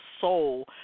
soul